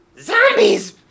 Zombies